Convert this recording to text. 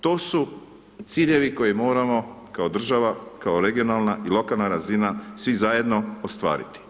To su ciljevi koje moramo kao država, kao regionalna i lokalna razina svi zajedno ostvariti.